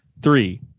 three